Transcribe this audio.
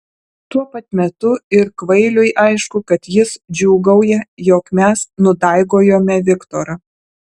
tuo pat metu ir kvailiui aišku kad jis džiūgauja jog mes nudaigojome viktorą